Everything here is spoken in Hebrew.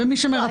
מי שכבר מרצה?